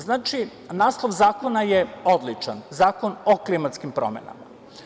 Znači, naslov zakona je odličan, Zakon o klimatskim promenama.